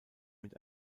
mit